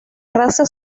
raza